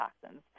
toxins